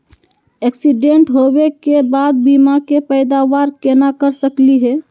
Accident होवे के बाद बीमा के पैदावार केना कर सकली हे?